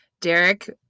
Derek